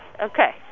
Okay